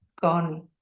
gone